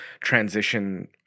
transition